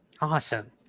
awesome